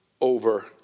over